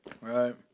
Right